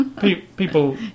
people